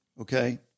Okay